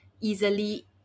easily